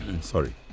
sorry